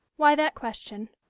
why that question?